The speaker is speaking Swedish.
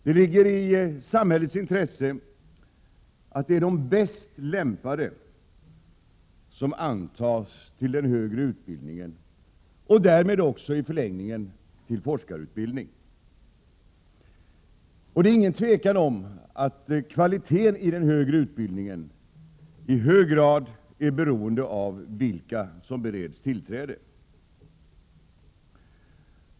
Det ligger i samhällets intresse att det är de bäst lämpade som antas till den högre utbildningen och därmed också i förlängningen till forskarutbildningen. Det är inget tvivel om att kvaliteten i den högre utbildningen i hög grad är beroende av vilka som bereds tillträde.